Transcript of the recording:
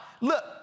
Look